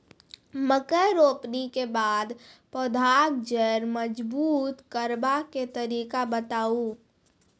मकय रोपनी के बाद पौधाक जैर मजबूत करबा के तरीका बताऊ?